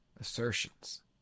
assertions